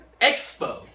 Expo